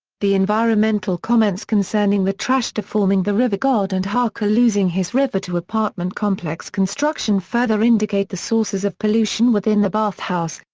the environmental comments concerning the trash deforming the river god and haku losing his river to apartment complex construction further indicate the sources of pollution within the bathhouse,